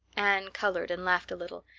anne colored and laughed a little,